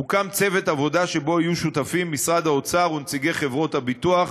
הוקם צוות עבודה שבו יהיו שותפים משרד האוצר ונציגי חברות הביטוח,